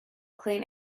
clean